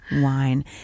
wine